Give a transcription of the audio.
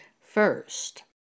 first